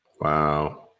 wow